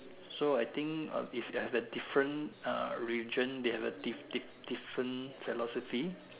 so I think uh if they have a different uh religion they have a diff diff different velocity